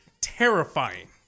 Terrifying